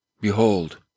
Behold